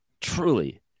truly